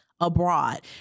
abroad